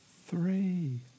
Three